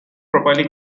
properly